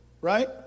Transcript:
right